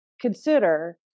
consider